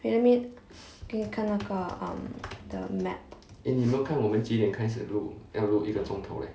pyramid 可以看那个 um the map